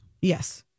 Yes